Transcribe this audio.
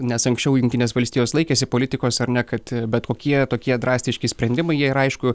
nes anksčiau jungtinės valstijos laikėsi politikos ar ne kad bet kokie tokie drastiški sprendimai jie yra aišku